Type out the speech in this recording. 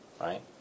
right